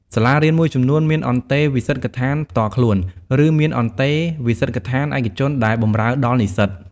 សាលារៀនមួយចំនួនមានអន្តេវាសិកដ្ឋានផ្ទាល់ខ្លួន ឬមានអន្តេវាសិកដ្ឋានឯកជនដែលបម្រើដល់និស្សិត។